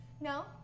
No